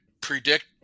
predict